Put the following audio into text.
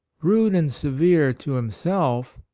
rude and severe to himself,